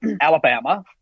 Alabama